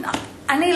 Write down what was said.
אני,